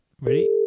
Ready